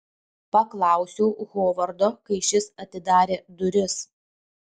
paklausiau hovardo kai šis atidarė duris